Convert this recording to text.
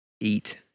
Eat